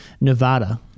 Nevada